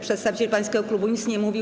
Przedstawiciel pańskiego klubu nic nie mówił.